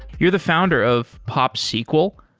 you're the founder of popsql,